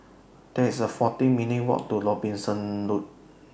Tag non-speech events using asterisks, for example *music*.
There IS A forty minutes' Walk to Robinson Road *noise*